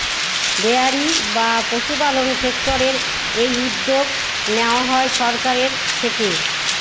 dairy বা পশুপালন সেক্টরের এই উদ্যোগ নেওয়া হয় সরকারের থেকে